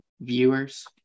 viewers